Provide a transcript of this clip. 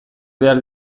behar